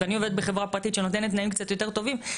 ואני עובדת בחברה פרטית שנותנת תנאים קצת יותר טובים,